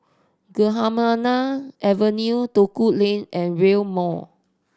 Gymkhana Avenue Duku Lane and Rail Mall